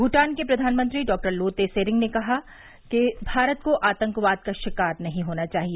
भूटान के प्रधानमंत्री डॉक्टर लोते सरेंग ने कहा है कि भारत को आतंकवाद का शिकार नहीं होना चाहिए